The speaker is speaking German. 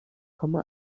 komma